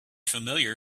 familiar